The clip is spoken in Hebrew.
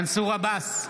מנסור עבאס,